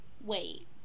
wait